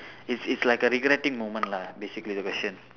it's it's like a regretting moment lah basically the question